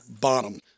Bottom